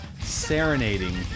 serenading